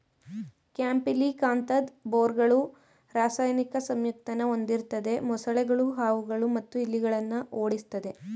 ಕ್ಯಾಂಪಿಲಿಕಾಂತದ್ ಬೇರ್ಗಳು ರಾಸಾಯನಿಕ ಸಂಯುಕ್ತನ ಹೊಂದಿರ್ತದೆ ಮೊಸಳೆಗಳು ಹಾವುಗಳು ಮತ್ತು ಇಲಿಗಳನ್ನ ಓಡಿಸ್ತದೆ